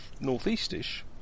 northeastish